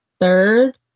third